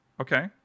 Okay